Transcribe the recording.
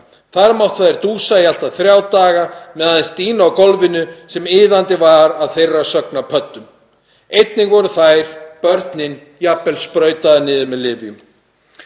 Þar máttu þær dúsa í allt að þrjá daga með aðeins dýnu á gólfinu sem iðandi var, að þeirra sögn, af pöddum. Einnig voru þær, börnin, jafnvel sprautaðar niður með lyfjum.